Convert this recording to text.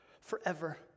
forever